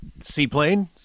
Seaplane